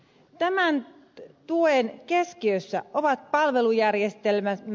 tämän tuen keskiössä ovat palvelujärjestelmämme